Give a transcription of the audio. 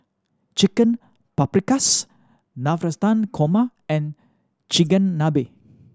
Chicken Paprikas Navratan Korma and Chigenabe